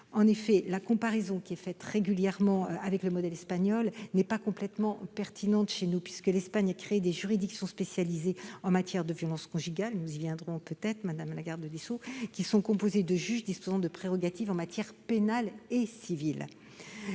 demeurant, la comparaison qui est faite régulièrement avec le modèle espagnol n'est pas complètement pertinente, l'Espagne ayant créé des juridictions spécialisées en matière de violences conjugales- nous y reviendrons peut-être, madame la garde des sceaux -composées de juges disposant de prérogatives en matière pénale et civile.